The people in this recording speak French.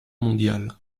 mondiale